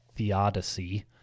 theodicy